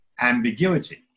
ambiguity